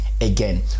again